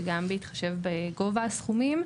וגם בהתחשב בגובה הסכומים,